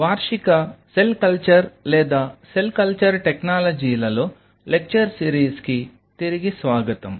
వార్షిక cell culture లేదా cell culture టెక్నాలజీలలో లెక్చర్ సిరీస్కి తిరిగి స్వాగతం